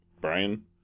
Brian